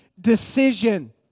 decision